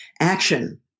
action